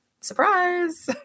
surprise